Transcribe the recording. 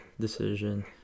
decision